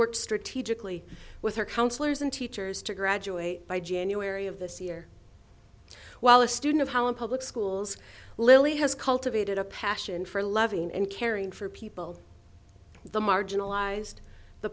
worked strategically with her counselors and teachers to graduate by january of this year while a student of how in public schools lily has cultivated a passion for loving and caring for people the marginalised the